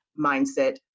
mindset